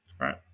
right